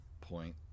point